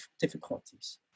difficulties